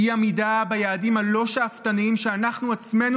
אי-עמידה ביעדים הלא-שאפתניים שאנחנו עצמנו